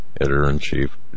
editor-in-chief